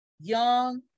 Young